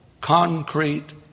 concrete